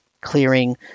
clearing